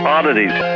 Oddities